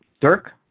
dirk